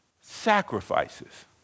sacrifices